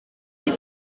you